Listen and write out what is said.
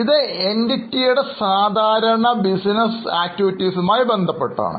ഇത് എന്റിറ്റിയുടെ സാധാരണ ബിസിനസ് പ്രവർത്തനമാണ്